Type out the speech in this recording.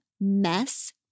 Mess